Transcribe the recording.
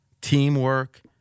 teamwork